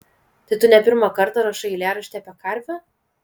tai tu ne pirmą kartą rašai eilėraštį apie karvę